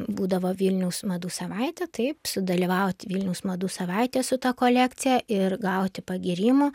būdavo vilniaus madų savaitė taip sudalyvauti vilniaus madų savaitėje su ta kolekcija ir gauti pagyrimų